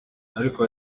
ariko